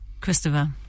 Christopher